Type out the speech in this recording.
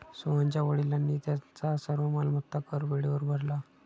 सोहनच्या वडिलांनी त्यांचा सर्व मालमत्ता कर वेळेवर भरला